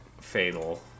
fatal